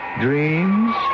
dreams